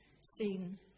seen